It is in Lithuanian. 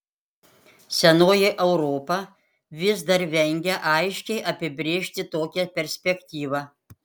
senoji europa dar vis vengia aiškiai apibrėžti tokią perspektyvą